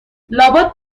لابد